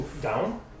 Down